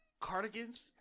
Cardigans